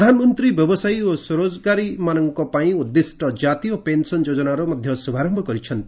ପ୍ରଧାନମନ୍ତ୍ରୀ ବ୍ୟବସାୟୀ ଓ ସ୍ୱରୋଜଗାରୀମାନଙ୍କ ପାଇଁ ଉଦ୍ଦିଷ୍ଟ ଜାତୀୟ ପେନ୍ସନ୍ ଯୋଜନାର ମଧ୍ୟ ଶୁଭାରମ୍ଭ କରିଛନ୍ତି